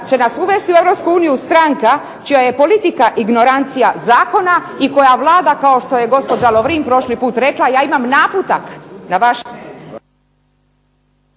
će nas uvesti u EU stranka čija je politika ignorancija zakona i koja vlada kao što je gospođa Lovrin prošli put rekla: "Ja imam naputak", na vašu